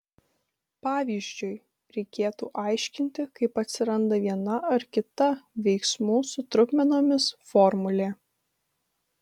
pavyzdžiui reikėtų aiškinti kaip atsiranda viena ar kita veiksmų su trupmenomis formulė